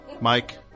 Mike